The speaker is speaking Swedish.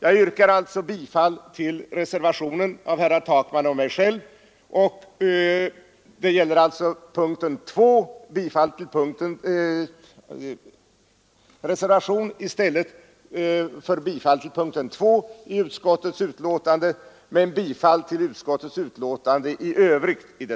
Jag yrkar alltså bifall till reservationen av herrar Takman och mig själv — det gäller alltså punkten 2 i utskottets betänkande — men i övrigt bifall till utskottets betänkande.